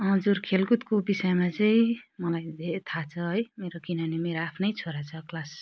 हजुर खेलकुदको विषयमा चाहिँ मलाई धेरै थाहा छ है मेरो किनभने मेरो आफ्नै छोरा छ क्लास